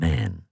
Man